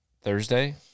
Thursday